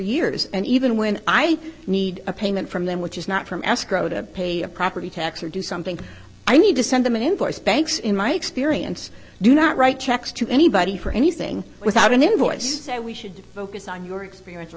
years and even when i need a payment from them which is not from escrow to pay a property tax or do something i need to send them an invoice banks in my experience do not write checks to anybody for anything without an invoice so we should focus on your experience or